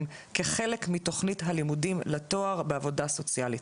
כחלק מתכנית הלימודים לתואר בעבודה סוציאלית.